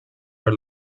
are